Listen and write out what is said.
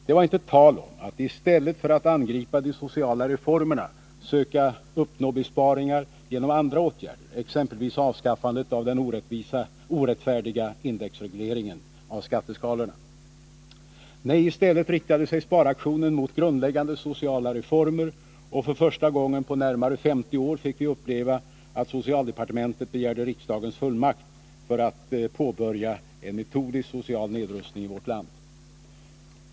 Det var inte tal om att i stället för att angripa de sociala reformerna söka uppnå besparingar genom andra åtgärder, exempelvis avskaffandet av den orättfärdiga indexregleringen av skatteskalorna. — Nej, i stället riktade sig sparaktionen mot grundläggande sociala reformer, och för första gången på närmare 50 år fick vi uppleva att socialdepartementet begärde riksdagens fullmakt för att påbörja en metodisk social nedrustning i vårt land.